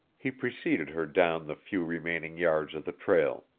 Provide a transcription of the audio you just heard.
he preceded her down the few remaining yards of the trail.